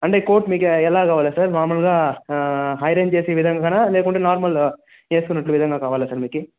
అంటే కోట్ మీకు ఎలా కావాల సార్ మాములుగా ఆ ఐరెన్ చేసే విధంగానా లేకపోతే నార్మల్ వేసుకునే విధంగా కావాల సార్ మీకు